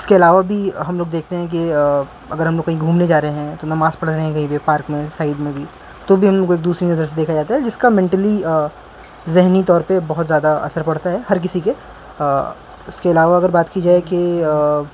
اس کے علاوہ بھی ہم لوگ دیکھتے ہیں کہ اگر ہم لوگ کہیں گھومنے جا رہے ہیں تو نماز پڑھ رہے ہیں کہیں پہ پارک میں سائڈ میں بھی تو بھی ہم لوگ کو ایک دوسری نظر سے دیکھا جاتا ہے جس کا مینٹلی ذہنی طور پہ بہت زیادہ اثر پڑتا ہے ہر کسی کے اس کے علاوہ اگر بات کی جائے کہ